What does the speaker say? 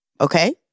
okay